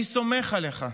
אני סומך עליך.